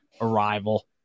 arrival